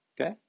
Okay